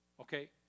okay